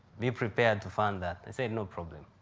be prepared to fund that. i said, no problem.